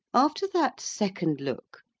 after that second look,